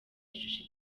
ishusho